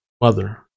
mother